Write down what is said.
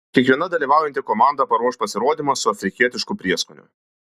kiekviena dalyvaujanti komanda paruoš pasirodymą su afrikietišku prieskoniu